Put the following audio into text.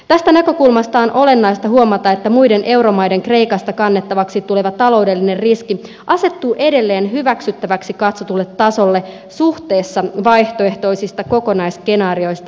tästä näkökulmasta on olennaista huomata että muiden euromaiden kreikasta kannettavaksi tuleva taloudellinen riski asettuu edelleen hyväksyttäväksi katsotulle tasolle suhteessa vaihtoehtoisista kokonaisskenaarioista aiheutuviin riskeihin